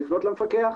לפנות למפקח.